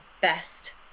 best